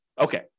okay